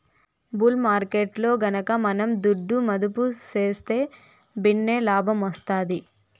bull మార్కెట్టులో గనక మనం దుడ్డు మదుపు సేస్తే భిన్నే లాబ్మొస్తాది